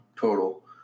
total